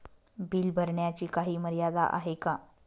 Bill भरण्याची काही मर्यादा आहे का?